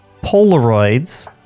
Polaroids